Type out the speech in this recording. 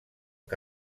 que